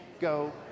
go